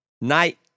night